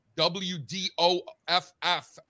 W-D-O-F-F